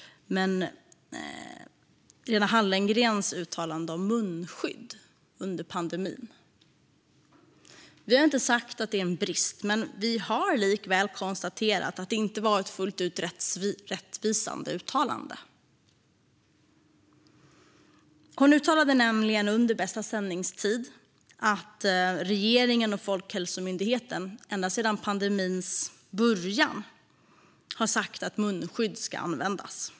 Det är Lena Hallengrens uttalande om munskydd under pandemin. Vi har inte sagt att det är en brist. Men vi har likväl konstaterat att det inte var ett fullt ut rättvisande uttalande. Hon uttalade nämligen under bästa sändningstid att regeringen och Folkhälsomyndigheten ända sedan pandemins början har sagt att munskydd ska användas.